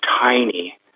tiny